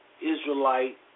Israelite